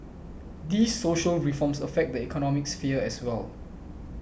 these social reforms affect the economic sphere as well